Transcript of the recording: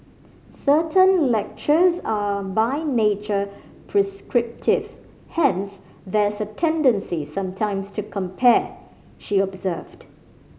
certain lectures are by nature prescriptive hence there's a tendency sometimes to compare she observed